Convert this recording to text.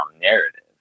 narrative